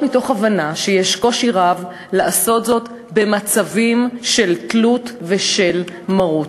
מתוך הבנה שיש קושי רב לעשות זאת במצבים של תלות ושל מרות.